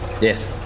Yes